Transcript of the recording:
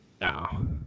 No